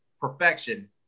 perfection